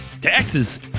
Taxes